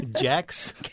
Jacks